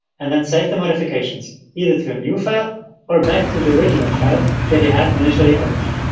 and then save the modifications, either to a new file or back to the original file that you had initially opened?